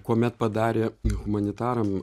kuomet padarė humanitaram